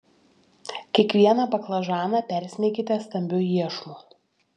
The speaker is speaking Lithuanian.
kiekvieną baklažaną persmeikite stambiu iešmu